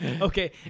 Okay